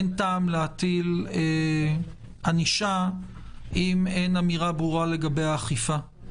אין טעם להטיל ענישה אם אין אמירה ברורה לגבי האכיפה.